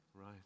Right